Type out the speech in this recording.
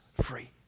free